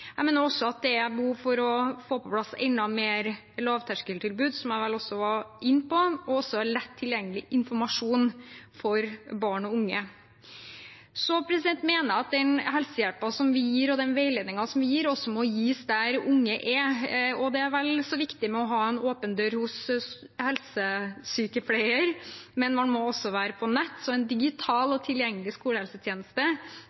Jeg mener også det er behov for å få på plass enda mer lavterskeltilbud, som jeg vel også var inne på, og også lett tilgjengelig informasjon for barn og unge. Så mener jeg at den helsehjelpen vi gir, og den veiledningen vi gir, også må gis der unge er, og det er vel så viktig med tanke på å ha en åpen dør hos helsesykepleier. Men man må også være på nett, så en digital